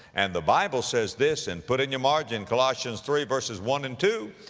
and the bible says this, and put in your margin colossians three verses one and two,